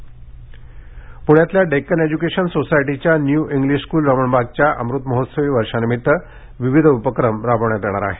Deccan education society पूण्यातल्या Deccan education सोसायटीच्या new English school रमणबागच्या अमृत महोत्सवी वर्षानिमित्त विविध उपक्रम राबविण्यात येणार आहेत